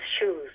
shoes